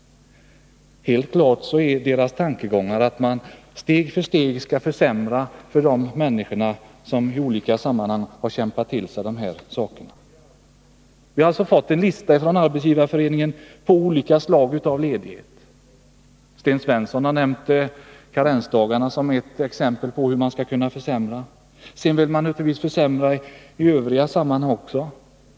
Helt klar innebär deras tankegångar att man steg för steg skall försämra för de människor som i olika sammanhang har kämpat sig till förmåner. Vi har alltså fått en lista från Arbetsgivareföreningen på olika slag av ledigheter. Sten Svensson har, som jag har sagt, nämnt karensdagarna som ett exempel på hur man skall kunna försämra. Sedan kan man naturligtvis försämra i övriga sammanhang också.